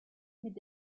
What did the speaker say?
mit